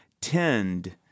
tend